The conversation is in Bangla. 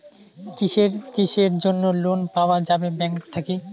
কিসের কিসের জন্যে লোন পাওয়া যাবে ব্যাংক থাকি?